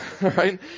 right